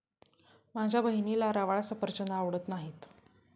माझ्या बहिणीला रवाळ सफरचंद आवडत नाहीत